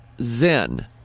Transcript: zen